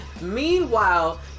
meanwhile